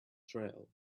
trail